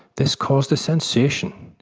this caused a sensation,